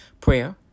prayer